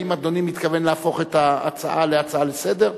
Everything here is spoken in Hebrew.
האם אדוני מתכוון להפוך את ההצעה להצעה לסדר-היום,